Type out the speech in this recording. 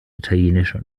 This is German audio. italienische